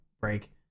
break